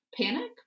panic